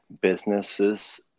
businesses